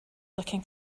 looking